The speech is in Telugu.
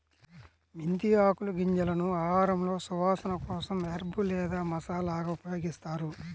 మెంతి ఆకులు, గింజలను ఆహారంలో సువాసన కోసం హెర్బ్ లేదా మసాలాగా ఉపయోగిస్తారు